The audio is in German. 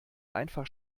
einfach